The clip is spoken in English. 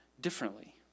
differently